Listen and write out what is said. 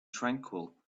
tranquil